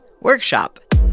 workshop